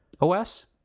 OS